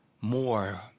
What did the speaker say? more